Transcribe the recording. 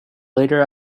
later